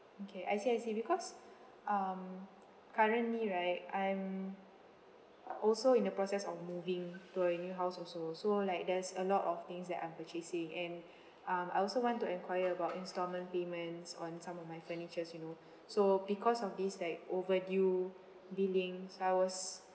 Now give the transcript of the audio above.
okay I see I see because um currently right I'm also in the process of moving to a new house also so like there's a lot of things that I'm purchasing and um I also want to enquire about instalment payments on some of my furnitures you know so because of this like overdue billing so I was